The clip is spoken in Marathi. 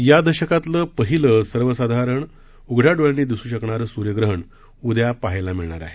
या दशकातलं पहिलं सर्वसाधारण उघड्या डोळ्यांनी दिसू शकणारं सूर्यग्रहण उद्या पहायला मिळणार आहे